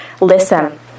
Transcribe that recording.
listen